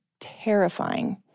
terrifying